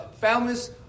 families